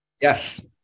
Yes